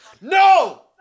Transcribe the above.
No